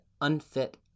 unfit